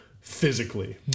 physically